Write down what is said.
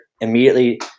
immediately